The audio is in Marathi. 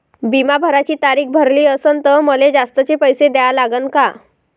बिमा भराची तारीख भरली असनं त मले जास्तचे पैसे द्या लागन का?